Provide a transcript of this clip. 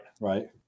right